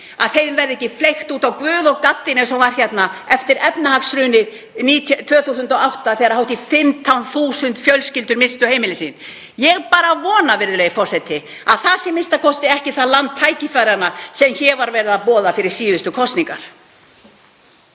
að þeim verði ekki fleygt út á guð og gaddinn, eins og var hér eftir efnahagshrunið 2008 þegar hátt í 15.000 fjölskyldur misstu heimili sín. Ég vona bara, virðulegi forseti, að það sé a.m.k. ekki það land tækifæranna sem hér var verið að boða fyrir síðustu kosningar.